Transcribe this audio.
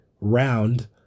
round